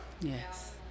Yes